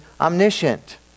omniscient